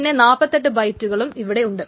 പിന്നെ 48 ബൈറ്റ്കളും ഇവിടെ ഉണ്ട്